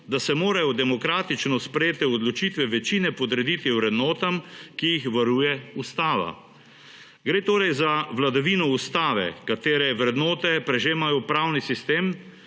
da se morajo demokratično sprejete odločitve večine podrediti vrednotam, ki jih varuje ustava. Gre torej za vladavino ustave, katere vrednote prežemajo upravni sistem